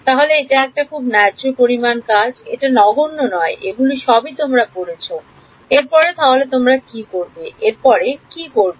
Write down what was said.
তাহলে এটা একটা খুব ন্যায্য পরিমান কাজ এটা নগণ্য নয় এগুলো সবই তোমরা পড়েছ এরপরে তাহলে তোমরা কি করবে এর পরে কি করবে